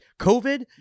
COVID